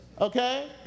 Okay